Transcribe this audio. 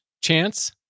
Chance